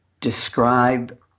describe